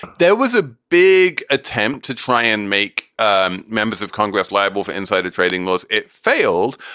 there was a big attempt to try and make um members of congress liable for insider trading laws. it failed.